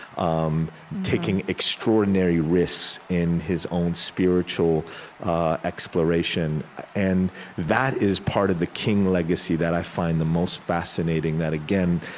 um taking extraordinary risks in his own spiritual exploration and that is part of the king legacy that i find the most fascinating, that, again,